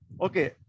Okay